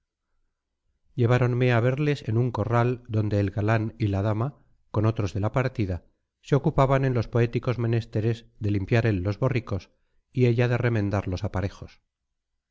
lleváronme a verles en un corral donde el galán y la dama con otros de la partida se ocupaban en los poéticos menesteres de limpiar él los borricos y ella de remendar los aparejos